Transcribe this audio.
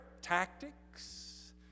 tactics